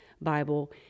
Bible